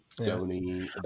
Sony